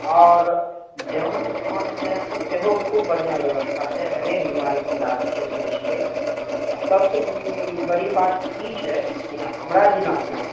आओर जाँच फाँच लै कऽ सेहो खुब बढ़िआँ व्यवस्था छै हरेक बिमारीके इलाज छै होइ छिके आ सबसे बड़ी बात ई छै कि हमरा जिलामे